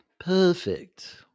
Perfect